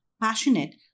passionate